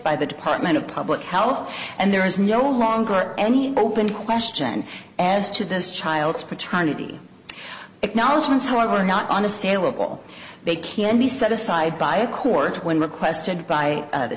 by the department of public health and there is no longer any open question as to this child's paternity acknowledgements who are not unassailable they can be set aside by a court when requested by